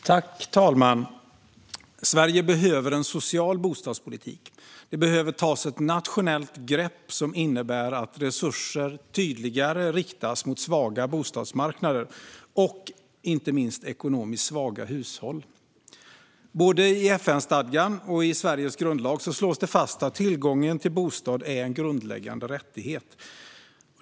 Fru talman! Sverige behöver en social bostadspolitik. Det behöver tas ett nationellt grepp som innebär att resurser tydligare riktas mot svaga bostadsmarknader och inte minst ekonomiskt svaga hushåll. Både i FN-stadgan och i Sveriges grundlag slås det fast att tillgången till bostad är en grundläggande rättighet.